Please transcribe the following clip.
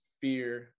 fear